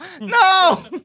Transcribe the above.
No